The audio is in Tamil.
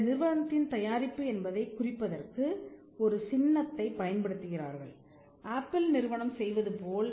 அந்த நிறுவனத்தின் தயாரிப்பு என்பதைக் குறிப்பதற்கு ஒரு சின்னத்தை பயன்படுத்துகிறார்கள் ஆப்பிள் நிறுவனம் செய்வது போல